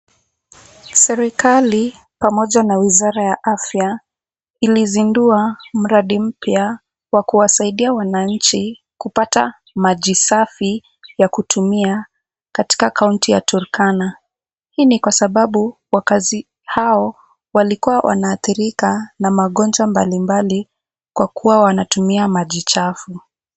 Serikali pamoja na wizara ya afya ilizindua mradi mpya wa kuwasaidia wananchi kupata maji safi ya kutumia katika kaunti ya Turkana. Hii ni kwa sababu wakazi hao walikuwa wanaathirika na magonjwa mbalimbali kwa kuwa wanatumia maji chafu.